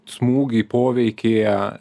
smūgį poveikyje